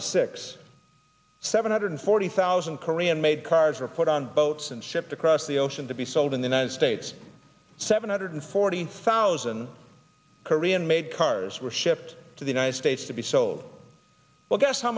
and six seven hundred forty thousand korean made cars were put on boats and shipped across the ocean to be sold in the united states seven hundred forty thousand korean made cars were shipped to the united states to be sold well guess how